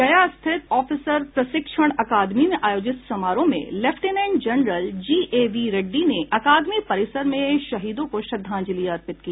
गया स्थित ऑफिसर प्रशिक्षण अकादमी में आयोजित समारोह में लेफ्टिनेंट जनरल जीएवी रेड्डी ने अकादमी परिसर में शहीदों को श्रद्धांजलि अर्पित की